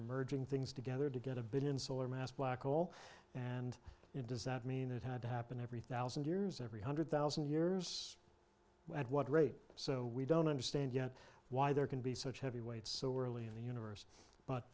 are merging things together to get a billion solar mass black hole and it does that mean it had to happen every thousand years every hundred thousand years at what rate so we don't understand yet why there can be such heavyweights so early in the universe but